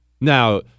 Now